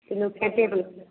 kilo कइसे दै छिए